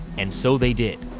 and so they did.